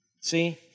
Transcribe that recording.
See